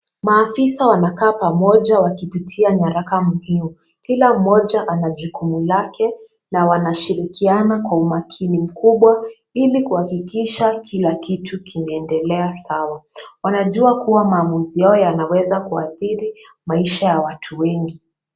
Maafisa wanakaa pamoja wakipitia nyaraka muhimu. Kila mmoja anajukumu lake na wanashirikiana kwa umakini mkubwa ili kuhakikisha kila kitu kimeendelea sawa. Wanajua kua maamuzi yao yanaweza kuadhiri maisha ya watu wengi.